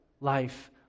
life